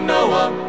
Noah